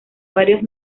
varios